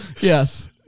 Yes